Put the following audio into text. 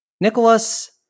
Nicholas